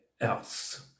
else